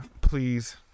please